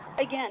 again